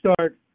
start